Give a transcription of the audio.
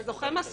אז הזוכה מסכים.